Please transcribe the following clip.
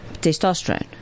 testosterone